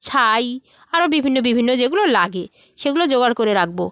ছাই আরও বিভিন্ন বিভিন্ন যেগুলো লাগে সেগুলো জোগাড় করে রাখব